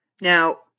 Now